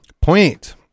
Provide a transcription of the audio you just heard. point